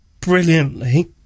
brilliantly